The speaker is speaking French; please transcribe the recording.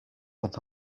sont